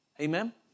Amen